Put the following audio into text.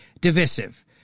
divisive